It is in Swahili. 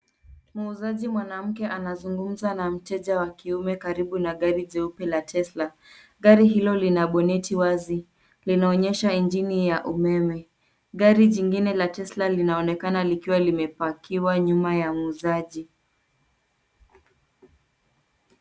Muuzaji mwanamke anazungumza na mteja wa kiume karibu na gari nyeupe la Tesla. Gari hilo lina boneti wazi, linaonyesha injini ya umeme. Gari jingine la Tesla linaonekana likiwa limepakiwa nyuma ya muuzaji.